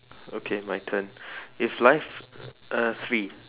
okay my turn if lives uh three